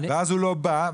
ואז הוא לא בא,